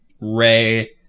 Ray